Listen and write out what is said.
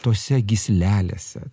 tose gyslelėse